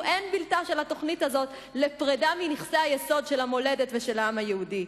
אין בלתה של התוכנית הזאת לפרידה מנכסי היסוד של המולדת ושל העם היהודי.